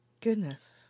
Goodness